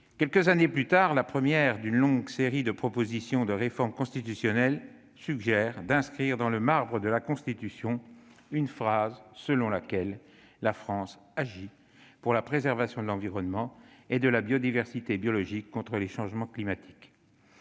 Quelques années plus tard, la première d'une longue série de propositions de réforme constitutionnelle suggérait d'inscrire dans le marbre de la Constitution une phrase selon laquelle la France « agit pour la préservation de l'environnement et de la diversité biologique et contre les changements climatiques